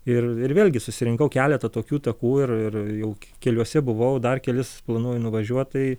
ir ir vėlgi susirinkau keletą tokių takų ir ir jau keliuose buvau dar kelis planuoju nuvažiuot tai